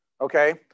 okay